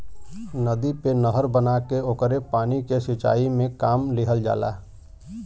नदी पे नहर बना के ओकरे पानी के सिंचाई में काम लिहल जाला